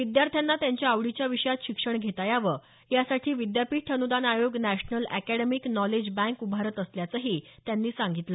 विद्यार्थ्यांना त्यांच्या आवडीच्या विषयात शिक्षण घेता यावं यासाठी विद्यापीठ अनुदान आयोग नॅशनल अॅकॅडमिक नॉलेज बँक उभारत असल्याचंही त्यांनी सांगितलं